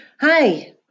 Hi